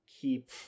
keep